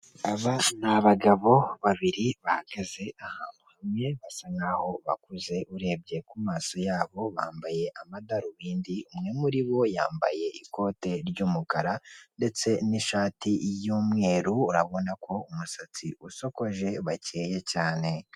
Aba ni abagabo babiri bahagaze ahantu hamwe, basa nk'aho bakuze, urebye ku mazi yabo bambaye amadarubindi, umwe muri bo yambaye ikote ry'umukara ndetse n'ishati y'umweru, urabona ko umusatsi usokoje bakeye cyane.